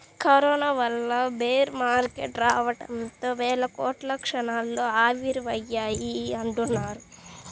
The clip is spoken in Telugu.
కరోనా వల్ల బేర్ మార్కెట్ రావడంతో వేల కోట్లు క్షణాల్లో ఆవిరయ్యాయని అంటున్నారు